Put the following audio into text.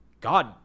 God